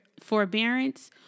forbearance